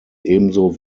ebenso